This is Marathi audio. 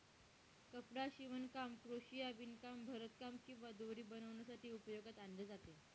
कपडा शिवणकाम, क्रोशिया, विणकाम, भरतकाम किंवा दोरी बनवण्यासाठी उपयोगात आणले जाते